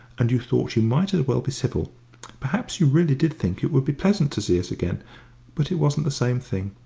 and you thought you might as well be civil perhaps you really did think it would be pleasant to see us again but it wasn't the same thing.